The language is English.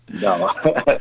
no